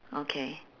okay